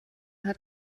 hat